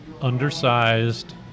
undersized